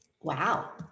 Wow